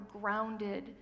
grounded